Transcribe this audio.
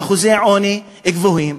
מאחוזי עוני גבוהים,